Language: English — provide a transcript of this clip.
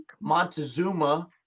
Montezuma